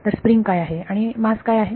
तर स्प्रिंग काय आहे आणि मास काय आहे